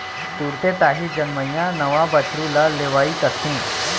तुरते ताही जनमइया नवा बछरू ल लेवई कथें